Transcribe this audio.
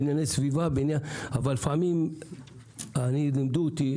בענייני סביבה לימדו אותי,